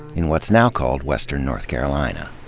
in what's now called western north carolina.